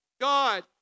God